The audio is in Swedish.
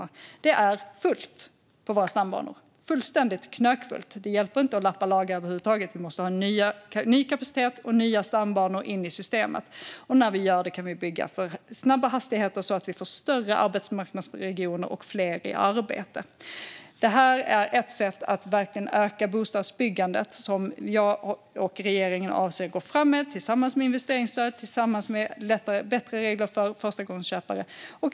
Det är fullt på våra stambanor. Det är fullständigt knökfullt. Det hjälper över huvud taget inte att lappa och laga, utan vi måste få in ny kapacitet och nya stambanor in i systemet. När vi gör detta kan vi bygga för snabba hastigheter så att vi får större arbetsmarknadsregioner och fler i arbete. Detta är ett sätt att öka bostadsbyggandet som jag och regeringen avser att gå fram med, tillsammans med investeringsstödet och bättre regler för förstagångsköpare.